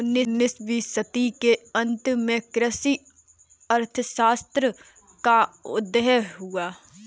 उन्नीस वीं सदी के अंत में कृषि अर्थशास्त्र का उदय हुआ